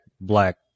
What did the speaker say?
Black